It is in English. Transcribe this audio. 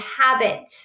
habit